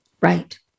Right